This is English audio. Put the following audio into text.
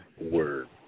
Word